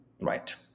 Right